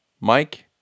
Mike